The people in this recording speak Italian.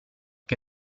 che